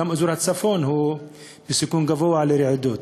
גם אזור הצפון הוא בסיכון גבוה לרעידות.